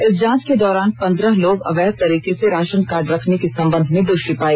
इस जांच के दौरान पंद्रह लोग अवैध तरीके से राशन कार्ड रखने के संबंध में दोषी गए पाए